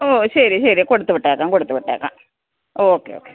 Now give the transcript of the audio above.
ഓ ശരി ശരി കൊടുത്തു വിട്ടേക്കാം കൊടുത്തു വിട്ടേക്കാം ഓക്കെ ഓക്കെ